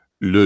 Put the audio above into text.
le